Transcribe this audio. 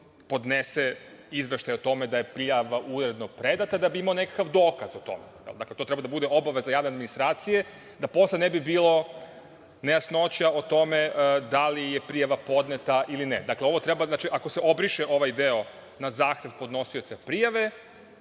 podnese izveštaj o tome da je prijava uredno predata, da bi imao nekakav dokaz o tome. To treba da bude obaveza javne administracije, da posle ne bi bilo nejasnoća o tome da li je prijava podneta ili ne. Ako se obriše ovaj deo – na zahtev podnosioca prijave,